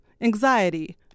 anxiety